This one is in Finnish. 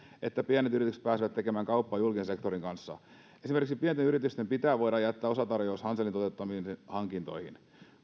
että pienet yritykset pääsevät tekemään kauppaa julkisen sektorin kanssa esimerkiksi pienten yritysten pitää voida jättää osatarjous hanselin toteuttamiin hankintoihin